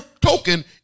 token